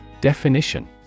Definition